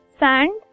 sand